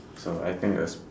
so I think the s~